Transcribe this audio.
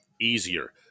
easier